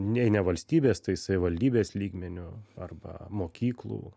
nei ne valstybės tai savivaldybės lygmeniu arba mokyklų